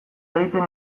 egiten